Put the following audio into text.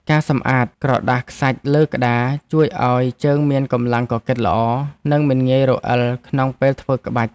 ការសម្អាតក្រដាសខ្សាច់លើក្ដារ ជួយឱ្យជើងមានកម្លាំងកកិតល្អ និងមិនងាយរអិលក្នុងពេលធ្វើក្បាច់។